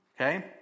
Okay